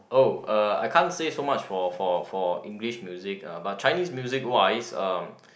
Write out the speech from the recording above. oh uh I can't say so much for for for English music uh but Chinese music wise uh